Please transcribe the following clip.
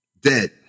Dead